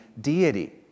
deity